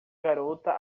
garota